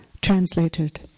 translated